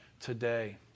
today